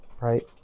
right